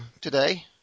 today